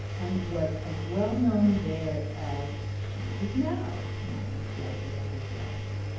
and was as well known there as she is now, nodding slightly at his lodger.